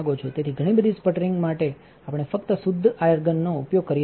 તેથી ઘણી બધી સ્પટરિંગ માટે આપણે ફક્ત શુદ્ધ આર્ગનનો ઉપયોગ કરીએ છીએ